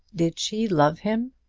did she love him?